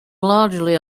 largely